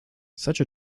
such